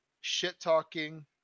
shit-talking